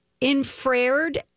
infrared